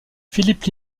philippe